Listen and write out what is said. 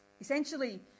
Essentially